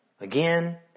Again